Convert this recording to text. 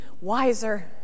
wiser